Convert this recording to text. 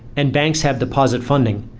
and banks have deposit funding,